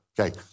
Okay